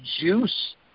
juice